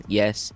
yes